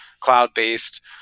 cloud-based